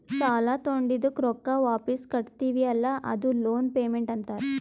ಸಾಲಾ ತೊಂಡಿದ್ದುಕ್ ರೊಕ್ಕಾ ವಾಪಿಸ್ ಕಟ್ಟತಿವಿ ಅಲ್ಲಾ ಅದೂ ಲೋನ್ ಪೇಮೆಂಟ್ ಅಂತಾರ್